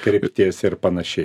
kryptis ir panašiai